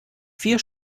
vier